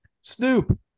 Snoop